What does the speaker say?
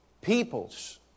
peoples